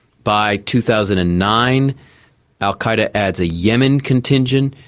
by two thousand and nine al qaeda adds a yemen contingent.